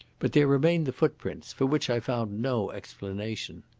but there remain the footprints, for which i found no explanation.